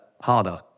harder